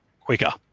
quicker